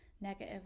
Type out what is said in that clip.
negative